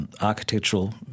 architectural